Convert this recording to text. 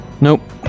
Nope